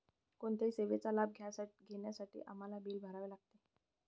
कोणत्याही सेवेचा लाभ घेण्यासाठी आम्हाला बिल भरावे लागते